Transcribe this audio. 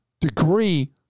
degree